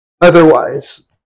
otherwise